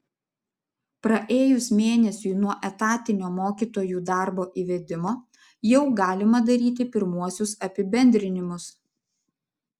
praėjus mėnesiui nuo etatinio mokytojų darbo įvedimo jau galima daryti pirmuosius apibendrinimus